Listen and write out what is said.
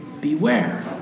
Beware